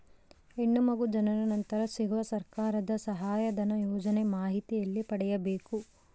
ಹೆಣ್ಣು ಮಗು ಜನನ ನಂತರ ಸಿಗುವ ಸರ್ಕಾರದ ಸಹಾಯಧನ ಯೋಜನೆ ಮಾಹಿತಿ ಎಲ್ಲಿ ಪಡೆಯಬೇಕು?